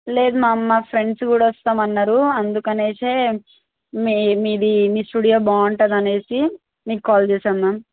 లేదు మ్యామ్ మా ఫ్రెండ్స్ కూడా వస్తామన్నారు అందుకనేసే మీ మీది మీ స్టూడియో బాగుంటుందనేసి మీకు కాల్ చేసాను మ్యామ్